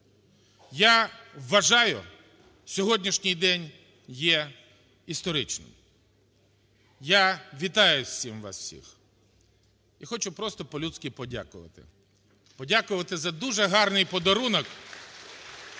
Я вважаю, сьогоднішній день є історичним. Я вітаю з цим вас усіх. І хочу просто по-людськи подякувати, подякувати за дуже гарний подарунок